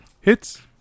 Hits